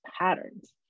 patterns